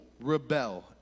rebel